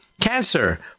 cancer